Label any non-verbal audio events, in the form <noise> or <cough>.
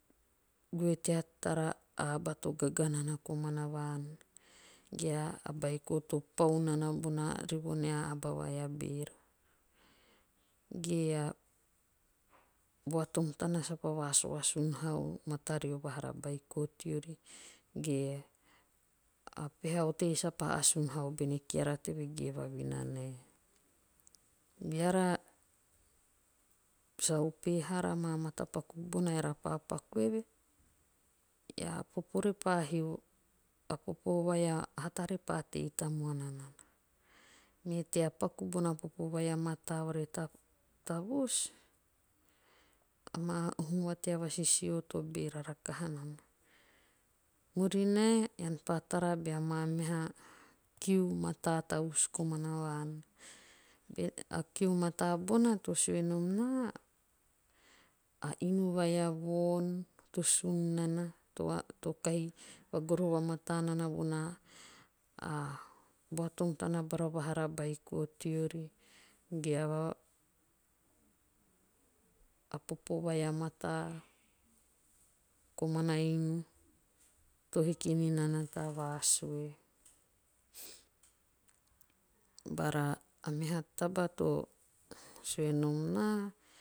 Goe tea tara a aba to gaga nana komana a vaan. ge a beiko to pan nana bona rivo nea aba vai a beeraa. ge a buatom taha sapa vasuasun haan mata ri vahara beiko teoori. ge a peha otei sapa asun hau bene keara teve ge e vavina nae. Beara sa upere haara amaa mata paku bona eara pa paku eve. a popo repa tei tamuana nana. Me tea paku bona eara pa paku eve. a popo repa hio <unintelligible> a popo vai a hata repa tei tamuana nana. Me tea paku bona popo vai a mataa ore tavus. amaa num va tea vasisio to beera rahaka nana. Murinae ean pa tara bea maa meha kiu mataa tavus komana vaan. Akiu mataa bona to sue nom naa. a inu vai a vaon to sun nana to kahi va garoho va mataa nana bona a buatom tana komana inu to hiki ninana ta vasue. Bara a meha taba to sue nom naa